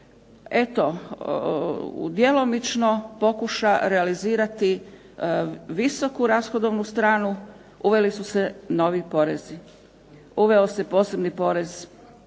eto djelomično pokuša realizirati visoku rashodovnu stranu, uveli su se novi porezi, uveo se posebni porez